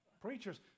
Preachers